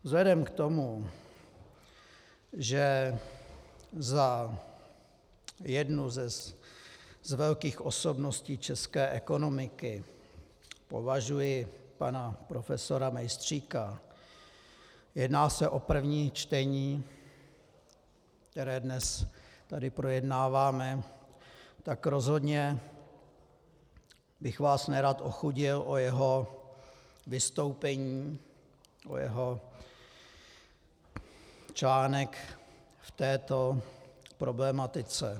Vzhledem k tomu, že za jednu z velkých osobností české ekonomiky považuji pana profesora Mejstříka, jedná se o první čtení, které dnes tady projednáváme, rozhodně bych vás nerad ochudil o jeho vystoupení, o jeho článek v této problematice.